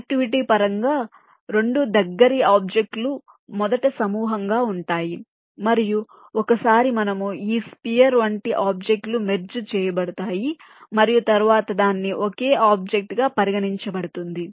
connectivity పరంగా 2 దగ్గరి object లు మొదట సమూహంగా ఉంటాయి మరియు ఒకసారి మనము ఈ స్పియర్ వంటి ఆబ్జెక్ట్ లు మెర్జ్ చేయబడతాయి మరియు తరువాత దాన్ని ఒకే ఆబ్జెక్ట్ గా పరిగణించబడతుంది